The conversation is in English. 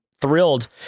thrilled